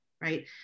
right